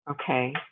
Okay